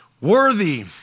worthy